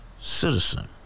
citizen